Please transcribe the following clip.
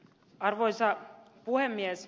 arvoisa puhemies